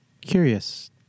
curious